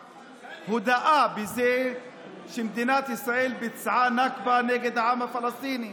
הודאה בזה שמדינת ישראל ביצעה נכבה נגד העם הפלסטיני.